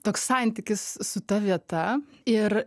toks santykis su ta vieta ir